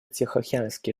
тихоокеанский